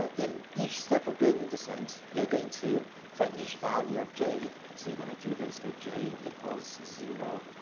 ah in each step of gradient descent, you're going to for each value of j, so you're gonna do this for j equals zero,